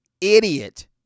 idiot